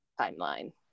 timeline